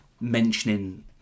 mentioning